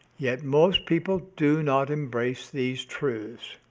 yet most people do not embrace these truths